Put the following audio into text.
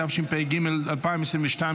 התשפ"ג 2022,